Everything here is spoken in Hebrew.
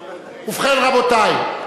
ובכן, רבותי,